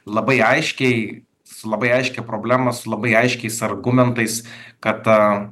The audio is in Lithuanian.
labai aiškiai su labai aiškia problema su labai aiškiais argumentais kad